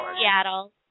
Seattle